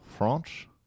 French